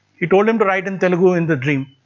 he told him to write in telugu in the dream.